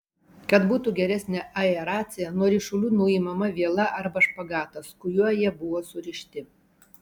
kad būtų geresnė aeracija nuo ryšulių nuimama viela arba špagatas kuriuo jie buvo surišti